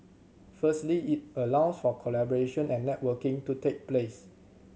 firstly it allows for collaboration and networking to take place